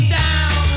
down